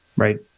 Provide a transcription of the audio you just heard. Right